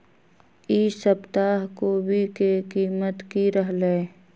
ई सप्ताह कोवी के कीमत की रहलै?